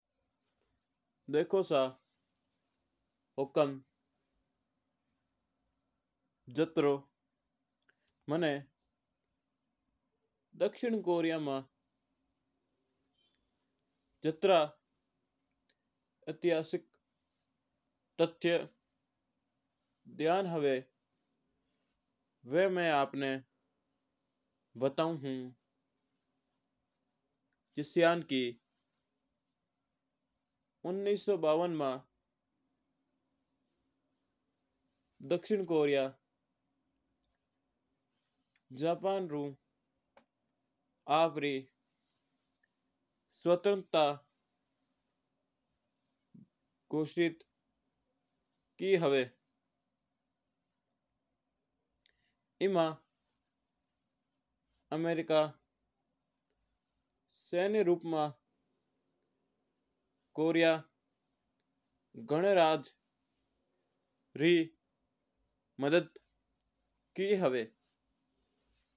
देखो सा हुकम जातरो दक्षिण कोरिया रा जितरा इतिहास तथ्य बताओ हूं। जिस्यान कि उन्नीस सौं बावन माई दक्षिण कोरिया जापान ऊआपरी स्वतंत्रता घोषणा की हुई इनमा अमेरिका सैन्य रूप कोरिया री मदद करा है।